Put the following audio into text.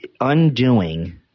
undoing